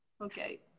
Okay